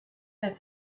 that